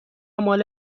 مال